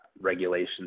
regulations